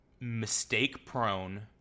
mistake-prone